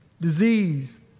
disease